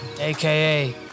aka